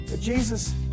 Jesus